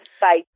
Bye